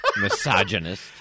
misogynist